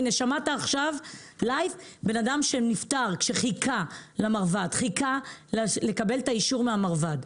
שמעת עכשיו על אדם שנפטר כאשר חיכה לקבל אישור מן המרב"ד.